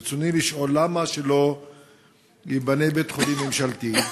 רצוני לשאול: למה לא ייבנה בית-חולים ממשלתי?